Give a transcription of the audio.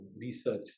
research